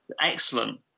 excellent